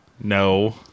No